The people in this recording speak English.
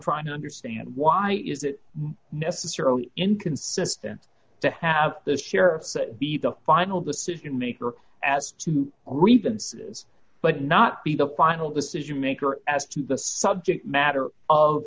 trying to understand why is it necessarily inconsistent to have the sheriff's be the final decision maker as to reconsider but not be the final decision maker as to the subject matter of